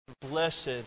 blessed